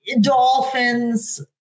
dolphins